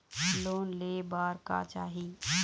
Loan ले बार का चाही?